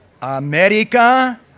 America